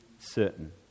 certain